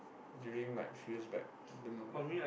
during like few years back